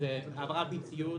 --- העברה מציוד